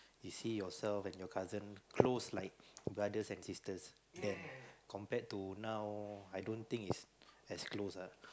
you see yourself and your cousin close like brother and sisters K compared to now I don't think is as close ah